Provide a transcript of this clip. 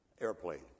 airplane